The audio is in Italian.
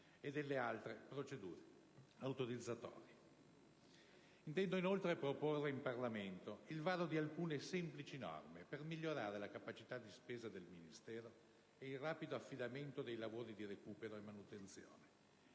e delle altre procedure autorizzatorie. Intendo inoltre proporre in Parlamento il varo di alcune semplici norme per migliorare la capacità di spesa del Ministero ed il rapido affidamento dei lavori di recupero e manutenzione.